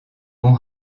bon